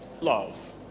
love